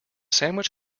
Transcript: sandwich